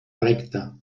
recta